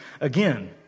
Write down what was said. again